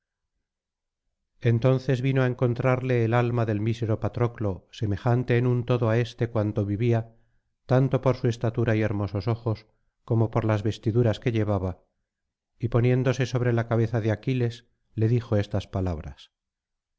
entonces vino á encontrarle el alma del mísero patroclo semejante en un todo á éste cuando vivía tanto por su estatura y hermosos ojos como por las vestiduras que llevaba y poniéndose sobre la cabeza de aquiles le dijo estas palabras